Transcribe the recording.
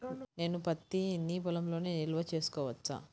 నేను పత్తి నీ పొలంలోనే నిల్వ చేసుకోవచ్చా?